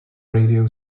radio